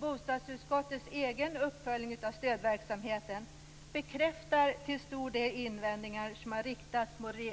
Bostadsutskottets egen uppföljning av stödverksamheten bekräftar till stor del de invändningar som har riktats